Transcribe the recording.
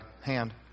hand